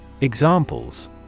Examples